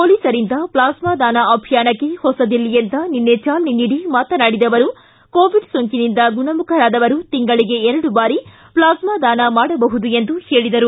ಮೊಲೀಸರಿಂದ plasma ದಾನ ಅಭಿಯಾನಕ್ಕೆ ಹೊಸದಿಲ್ಲಿಯಿಂದ ನಿನ್ನೆ ಚಾಲನೆ ನೀಡಿ ಮಾತನಾಡಿದ ಅವರು ಕೋವಿಡ್ ಸೋಂಕಿನಿಂದ ಗುಣಮುಖರಾದವರು ತಿಂಗಳಿಗೆ ಎರಡು ಬಾರಿ ಪ್ಲಾಸ್ಮಾ ದಾನ ಮಾಡಬಹುದು ಎಂದರು